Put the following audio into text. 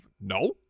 No